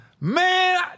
man